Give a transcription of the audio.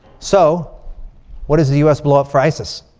so what does the us blow up for isis?